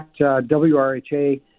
WRHA